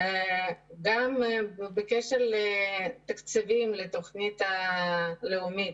בקשר לתקציבים לתוכנית הלאומית.